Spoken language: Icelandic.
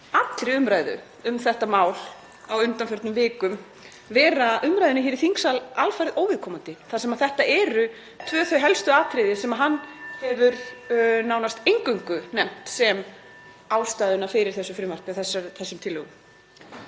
allri umræðu um þetta mál á undanförnum vikum vera umræðunni hér í þingsal alfarið óviðkomandi. (Forseti hringir.) Þetta eru tvö þau helstu atriði sem hann hefur nánast eingöngu nefnt sem ástæðuna fyrir þessu frumvarpi og þessum tillögum.